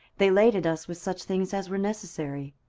they laded us with such things as were necessary.